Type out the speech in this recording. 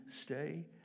stay